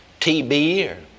TB